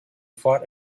fought